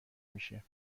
میشه